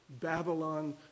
Babylon